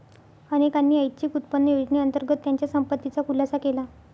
अनेकांनी ऐच्छिक उत्पन्न योजनेअंतर्गत त्यांच्या संपत्तीचा खुलासा केला